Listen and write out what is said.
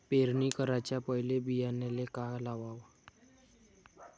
पेरणी कराच्या पयले बियान्याले का लावाव?